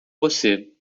você